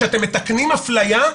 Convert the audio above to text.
שאתם מתקנים אפליה,